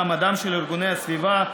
מעמדם של ארגוני סביבה),